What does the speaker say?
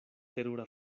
terura